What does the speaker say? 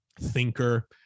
thinker